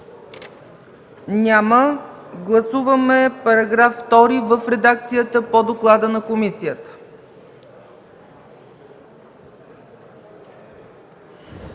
Няма. Гласуваме § 2 в редакцията по доклада на комисията.